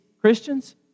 Christians